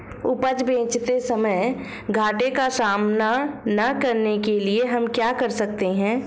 उपज बेचते समय घाटे का सामना न करने के लिए हम क्या कर सकते हैं?